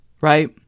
right